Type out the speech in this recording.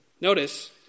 Notice